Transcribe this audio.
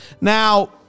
Now